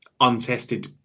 untested